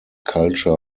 culture